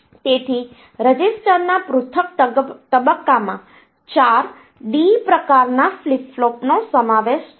તેથી રજિસ્ટરના આ પૃથક તબક્કામાં ચાર ડી પ્રકારના ફ્લિપ ફ્લોપનો સમાવેશ થાય છે